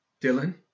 Dylan